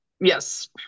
Yes